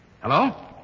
Hello